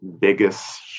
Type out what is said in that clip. biggest